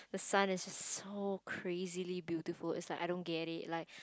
sun is just so crazily beautiful it's like I don't get it like